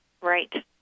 Right